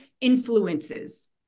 influences